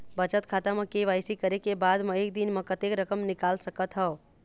बचत खाता म के.वाई.सी करे के बाद म एक दिन म कतेक रकम निकाल सकत हव?